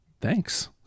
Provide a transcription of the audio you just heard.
thanks